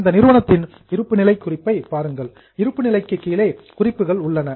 அந்த நிறுவனத்தின் இருப்புநிலை குறிப்பை பாருங்கள் இருப்பு நிலைக்கு கீழே குறிப்புகள் உள்ளன